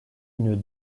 une